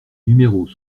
numéros